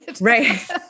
Right